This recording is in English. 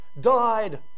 died